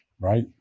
right